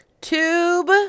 tube